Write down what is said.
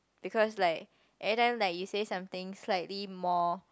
because like at time like you say something slightly more